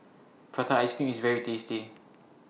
Prata Ice Cream IS very tasty